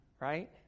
right